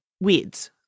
weeds